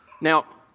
Now